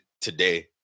today